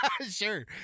Sure